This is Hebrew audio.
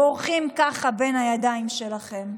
בורחים ככה בין הידיים שלכם.